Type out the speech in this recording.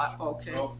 Okay